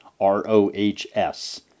ROHS